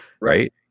Right